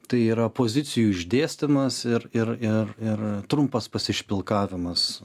tai yra pozicijų išdėstymas ir ir ir ir trumpas pasišpilkavimas